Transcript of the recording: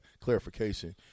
clarification